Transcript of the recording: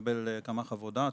לקבל כמה חוות דעת,